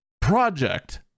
...project